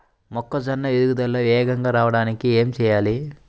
మొక్కజోన్న ఎదుగుదల వేగంగా రావడానికి ఏమి చెయ్యాలి?